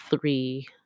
three